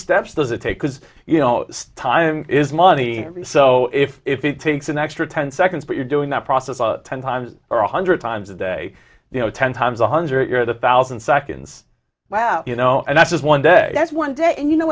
steps does it take because you know this time is money every so if it takes an extra ten seconds but you're doing that process ten times or one hundred times a day you know ten times one hundred a thousand seconds wow you know and that's just one day that's one day and you know